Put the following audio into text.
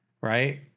right